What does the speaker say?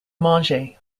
manger